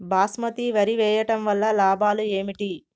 బాస్మతి వరి వేయటం వల్ల లాభాలు ఏమిటి?